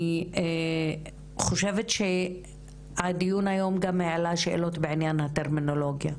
אני חושבת שהדיון היום גם העלה שאלות בעניין הטרמינולוגיה,